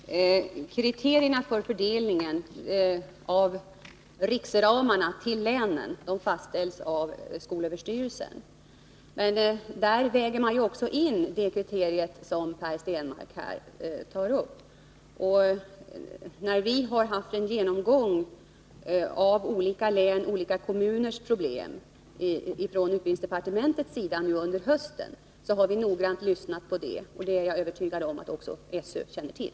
Herr talman! Kriterierna för fördelningen till länen utifrån riksramarna fastställs av skolöverstyrelsen. Där väger man också in det kriterium som Per Stenmarck tar upp. Vi har på utbildningsdepartementet noggrant studerat olika läns och kommunerns problem vid den genomgång som vi har gjort nu under hösten, och det är jag övertygad om att skolöverstyrelsen känner till.